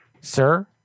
Sir